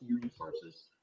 resources